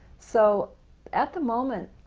so at the moment